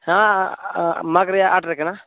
ᱦᱮᱸ ᱢᱟᱜ ᱨᱮᱭᱟᱜ ᱟᱴ ᱨᱮ ᱠᱟᱱᱟ